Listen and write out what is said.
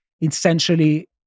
Essentially